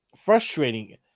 frustrating